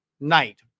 night